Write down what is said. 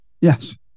Yes